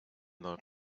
more